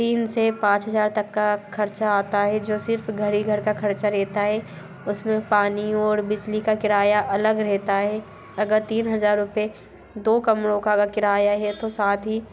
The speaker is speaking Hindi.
तीन से पाँच हज़ार तक का खर्चा आता है जो सिर्फ घर ही घर का खर्चा रहता है उसमें पानी और बिजली का किराया अलग रहता है अगर तीन हज़ार रूपए दो कमरों का अगर किराया है तो साथ ही